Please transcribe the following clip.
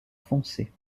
foncé